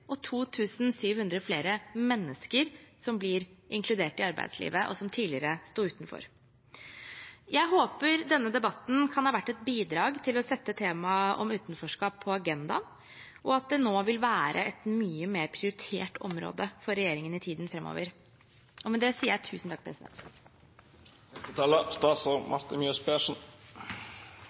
og 2 700 flere mennesker som blir inkludert i arbeidslivet, og som tidligere sto utenfor. Jeg håper denne debatten kan ha vært et bidrag til å sette temaet om utenforskap på agendaen, og at det nå vil være et mye mer prioritert område for regjeringen i tiden framover. Men det sier jeg tusen takk.